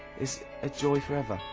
is a joy forever,